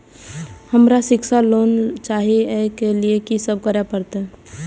हमरा शिक्षा लोन चाही ऐ के लिए की सब करे परतै?